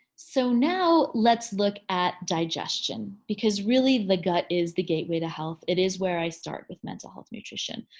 so now, let's look at digestion because really the gut is the gateway to health. it is where i start with mental health nutrition.